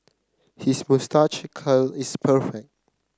his moustache curl is perfect